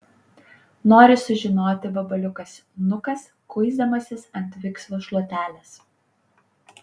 nori sužinoti vabaliukas nukas kuisdamasis ant viksvos šluotelės